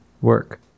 work